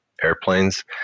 airplanes